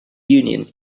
union